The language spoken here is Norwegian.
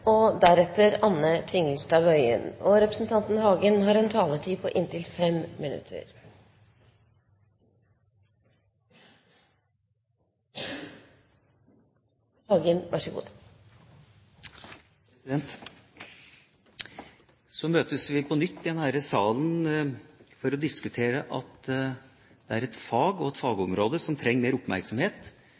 og gunstig, også i en internasjonal sammenheng. Så møtes vi på nytt i denne salen for å diskutere et fag og et fagområde som trenger mer oppmerksomhet,